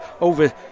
over